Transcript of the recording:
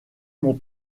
mon